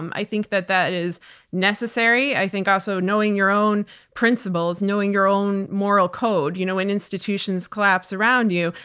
um i think that that is necessary. i think also knowing your own principles, knowing your own moral code. you know when institutions collapse around you,